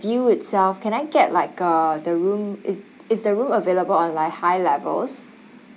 view itself can I get like uh the room is is the room available on like high levels